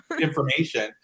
information